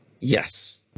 Yes